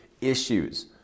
issues